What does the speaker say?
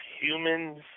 humans